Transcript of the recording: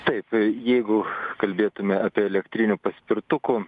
taip jeigu kalbėtume apie elektrinių paspirtukų